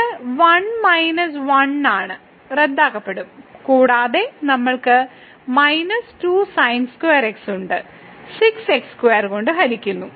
ഇത് 1 മൈനസ് 1 ആണ് റദ്ദാക്കപ്പെടും കൂടാതെ നമ്മൾക്ക് 2sin2x ഉണ്ട് 6 x2 കൊണ്ട് ഹരിക്കുന്നു